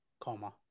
comma